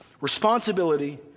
responsibility